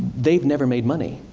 they've never made money.